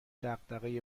دغدغه